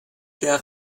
der